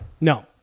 No